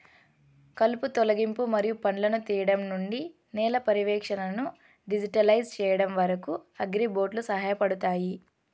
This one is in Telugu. కలుపు తొలగింపు మరియు పండ్లను తీయడం నుండి నేల పర్యవేక్షణను డిజిటలైజ్ చేయడం వరకు, అగ్రిబోట్లు సహాయపడతాయి